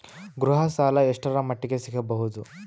ಗೃಹ ಸಾಲ ಎಷ್ಟರ ಮಟ್ಟಿಗ ಸಿಗಬಹುದು?